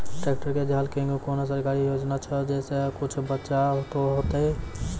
Tractor के झाल किंग कोनो सरकारी योजना छ जैसा कुछ बचा तो है ते?